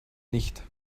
nicht